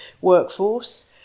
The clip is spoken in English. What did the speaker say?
workforce